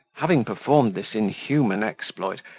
having performed this inhuman exploit,